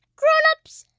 grown-ups,